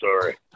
Sorry